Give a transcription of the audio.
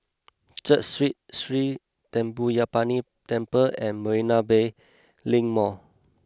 Church Street Sri Thendayuthapani Temple and Marina Bay Link Mall